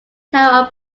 tower